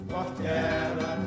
Portela